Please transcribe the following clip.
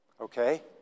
Okay